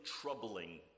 troubling